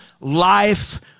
life